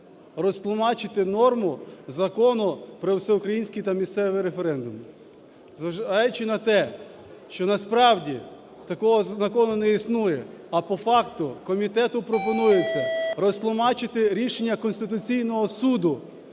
розтлумачити норму Закону "Про всеукраїнський та місцеві референдуми". Зважаючи на те, що, насправді, такого закону не існує, а по факту комітету пропонується розтлумачити рішення Конституційного Суду